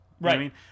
Right